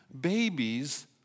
babies